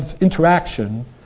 interaction